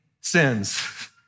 sins